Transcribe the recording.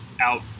out